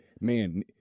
man